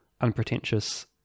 unpretentious